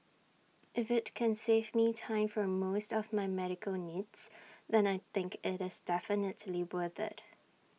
if IT can save me time for almost of my medical needs then I think IT is definitely worth IT